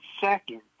second